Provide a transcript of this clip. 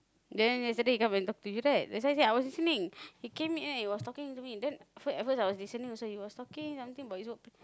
then yesterday he come and talk to you right that's why I say I was listening he came in he was talking to me and then at first I was listening also he was talking something about his work